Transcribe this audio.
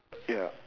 ya